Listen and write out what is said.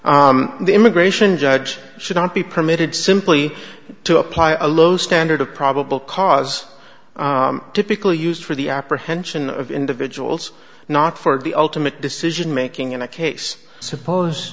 the immigration judge should not be permitted simply to apply a low standard of probable cause typically used for the apprehension of individuals not for the ultimate decision making in a case suppose